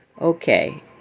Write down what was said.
okay